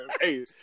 Hey